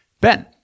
Ben